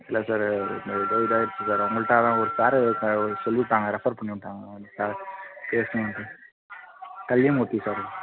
இல்லை சார் இது இது இதாயிடுச்சி சார் உங்கள்கிட்ட அதான் ஒரு சாரு ஒரு சொல்லிருக்காங்கள் ரெஃபர் பண்ணி விட்டாங்க ஒரு சார் பேசுங்கன்ட்டு கலியமூர்த்தி சாரு